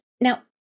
Now